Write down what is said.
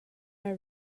our